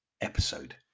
episode